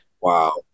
wow